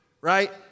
right